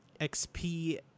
XP